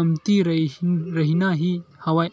कमती रहिना ही हवय